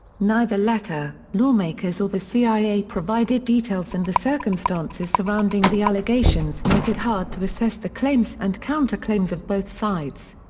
neither letter, lawmakers or the cia provided details and the circumstances surrounding the allegations make it hard to assess the claims and counterclaims of both sides.